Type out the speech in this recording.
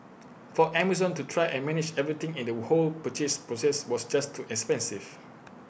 for Amazon to try and manage everything in the whole purchase process was just too expensive